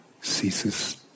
ceases